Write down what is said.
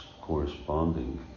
corresponding